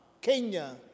Kenya